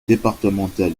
départementale